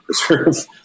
preserve